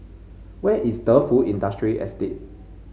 where is Defu Industrial Estate